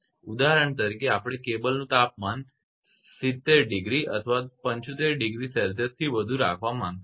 ઉદાહરણ તરીકે આપણે કેબલનું તાપમાન 70 ડિગ્રી અથવા 75 ડિગ્રી સેલ્સિયસથી વધુ રાખવા માંગતા નથી